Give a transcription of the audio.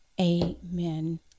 Amen